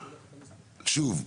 שוב,